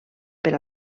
per